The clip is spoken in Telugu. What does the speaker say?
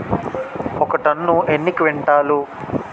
ఒక టన్ను ఎన్ని క్వింటాల్లు?